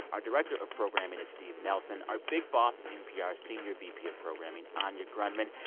our director of programming is steve nelson. our big boss is npr senior vp of programming anya grundmann.